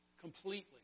completely